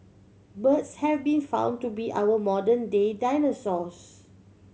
birds have been found to be our modern day dinosaurs